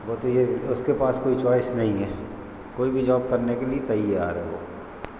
क्योंकि यह उसके पास कोई चॉइस नहीं हैं कोई भी जॉब करने के लिए तैयार है वह